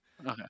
Okay